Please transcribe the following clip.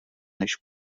než